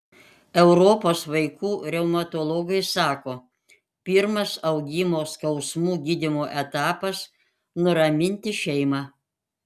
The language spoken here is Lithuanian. europos vaikų reumatologai sako pirmas augimo skausmų gydymo etapas nuraminti šeimą